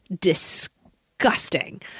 disgusting